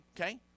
okay